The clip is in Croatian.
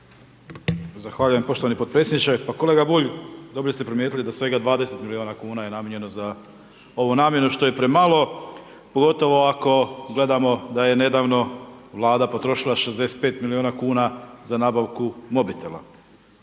Zahvaljujem poštovani podpredsjedniče, pa kolega Bulj dobro ste primijetili da svega 20 miliona kuna je namijenjeno za ovu namjenu što je premalo, pogotovo ako gledamo da je nedavno Vlada potrošila 65 miliona kuna za nabavku mobitela.